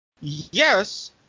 Yes